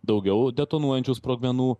daugiau detonuojančių sprogmenų